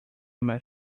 met